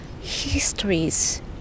histories